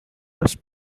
lost